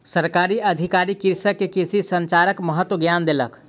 सरकारी अधिकारी कृषक के कृषि संचारक महत्वक ज्ञान देलक